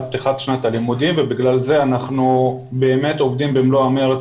פתיחת שנת הלימודים ולכן אנחנו באמת עובדים במלוא המרץ